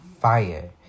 fire